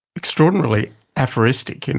extraordinarily aphoristic. and